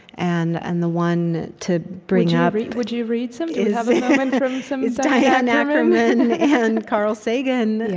and and the one to bring ah up, would you read some? do you have a moment from some, is diane ackerman and carl sagan,